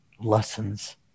lessons